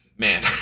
Man